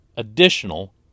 Additional